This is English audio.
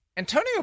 Antonio